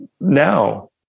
now